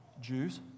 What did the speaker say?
Jews